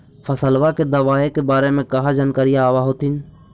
फसलबा के दबायें के बारे मे कहा जानकारीया आब होतीन?